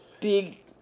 big